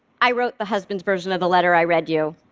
i wrote the husband's version of the letter i read you.